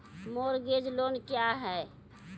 Mortgage loan क्या है?